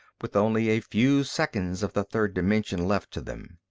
with only a few seconds of the third dimension left to them.